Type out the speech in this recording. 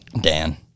dan